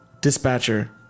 Dispatcher